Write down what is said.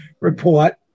report